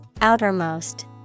Outermost